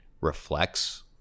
reflects